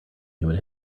human